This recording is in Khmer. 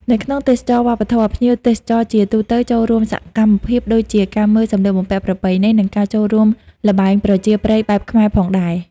នៅក្នុងទេសចរណ៍វប្បធម៌ ភ្ញៀវទេសចរជាទូទៅចូលរួមសកម្មភាពដូចជាការមើលសម្លៀកបំពាក់ប្រពៃណី និងការចូលរួមល្បែងប្រជាប្រិយបែបខ្មែរផងដែរ។